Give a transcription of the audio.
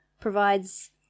provides